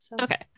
okay